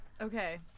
Okay